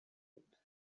بود